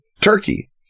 Turkey